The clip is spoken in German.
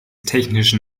technischen